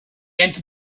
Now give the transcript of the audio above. entered